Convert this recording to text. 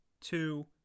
Two